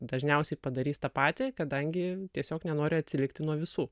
dažniausiai padarys tą patį kadangi tiesiog nenori atsilikti nuo visų